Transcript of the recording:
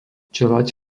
čeľaď